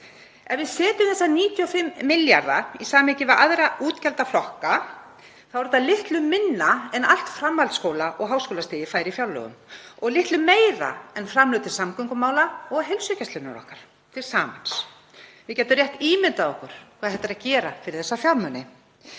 Ef við setjum þessa 95 milljarða í samhengi við aðra útgjaldaflokka er þetta litlu minna en allt framhaldsskóla- og háskólastigið fær í fjárlögum og litlu meira en framlög til samgöngumála og heilsugæslunnar okkar til samans. Við getum rétt ímyndað okkur hvað hægt er að gera fyrir þessa fjármuni.